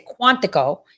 Quantico